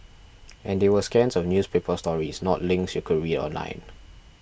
and they were scans of newspaper stories not links you could read online